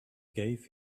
gave